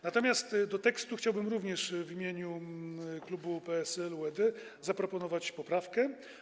Natomiast do tekstu chciałbym również w imieniu klubu PSL-UED zaproponować poprawkę.